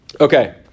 Okay